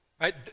right